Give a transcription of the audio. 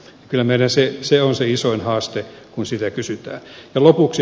kyllä meillä se on se isoin haaste kun sitä kysytään